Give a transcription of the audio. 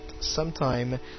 sometime